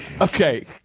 Okay